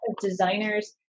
designers